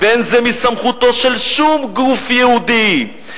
"ואין זה מסמכותו של שום גוף יהודי,